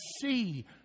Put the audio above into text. see